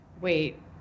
Wait